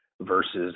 versus